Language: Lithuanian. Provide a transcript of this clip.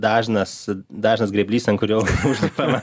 dažnas dažnas grėblys ant kurio užlipama